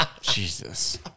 Jesus